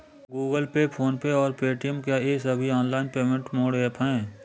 Google pay PhonePe और Paytm क्या ये सभी ऑनलाइन पेमेंट मोड ऐप हैं?